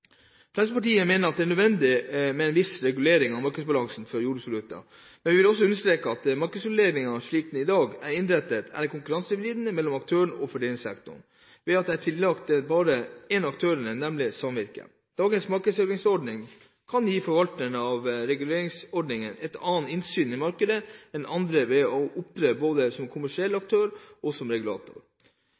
Fremskrittspartiet mener at det er nødvendig med en viss regulering av markedsbalansen for jordbruksprodukter, men jeg vil også understreke at markedsreguleringen slik den i dag er innrettet, er konkurransevridende mellom aktørene i foredlingssektoren ved at den er tillagt bare en av aktørene, nemlig samvirket. Dagens markedsreguleringsordning kan gi forvalterne av reguleringsordningen et annet innsyn i markedet enn andre ved at de kan opptre både som kommersiell aktør og som regulator.